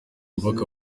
bubaka